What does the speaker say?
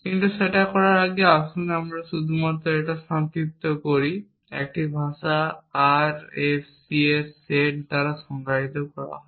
কিন্তু সেটা করার আগে আসুন আমরা শুধু তা সংক্ষিপ্ত করি একটি ভাষা RFC এর সেট দ্বারা সংজ্ঞায়িত করা হয়